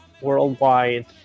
worldwide